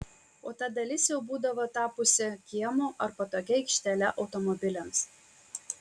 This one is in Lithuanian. o ta dalis jau būdavo tapusi kiemu ar patogia aikštele automobiliams